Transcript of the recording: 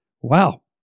Wow